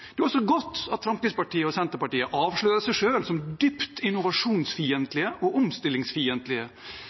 Det er også godt at Fremskrittspartiet og Senterpartiet avslører seg selv som dypt innovasjonsfiendtlige og omstillingsfiendtlige,